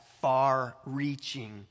far-reaching